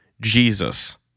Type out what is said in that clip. Jesus